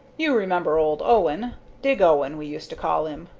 you remember old owen dig owen, we used to call him.